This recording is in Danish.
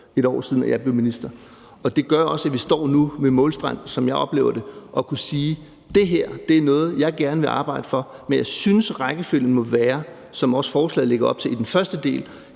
et år siden, jeg blev minister, og det gør også, at vi står nu ved målstregen, som jeg oplever det, og kan sige, at det her er noget, jeg gerne vil arbejde for. Men jeg synes, rækkefølgen må være, som også forslaget lægger op til i første del,